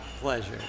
pleasure